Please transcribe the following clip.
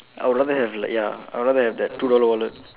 I would rather have like ya I would rather have that two dollar wallet